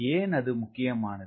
ஏன் அது முக்கியமானது